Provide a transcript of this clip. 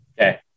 Okay